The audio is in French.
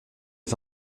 les